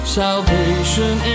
salvation